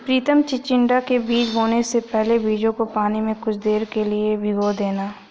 प्रितम चिचिण्डा के बीज बोने से पहले बीजों को पानी में कुछ देर के लिए भिगो देना